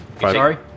Sorry